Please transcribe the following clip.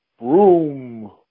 Broom